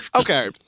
Okay